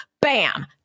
bam